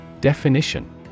Definition